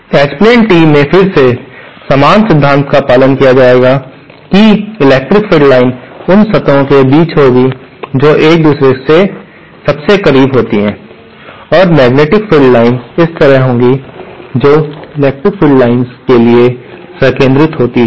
H plane T में फिर से समान सिद्धांत का पालन किया जाएगा कि इलेक्ट्रिक फील्ड लाइन्स उन सतहों के बीच होती हैं जो एक दूसरे के सबसे करीब होती हैं और मैग्नेटिक फील्ड रेखाएं इस तरह होंगी जो इलेक्ट्रिक फ़ील्ड्स के लिए संकेंद्रित होती हैं